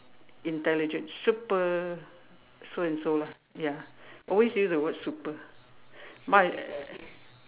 intelligent super so and so lah ya always use the word super my uh